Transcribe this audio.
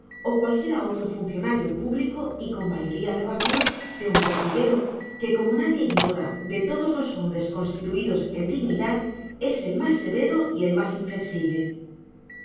ó cualquiera otro funcionario público y con mayoria de razon de un pertiguero que como nadie ignora de todos los hombres constituidos en dignidad es el mas severo y el mas inflecsible